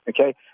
Okay